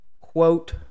quote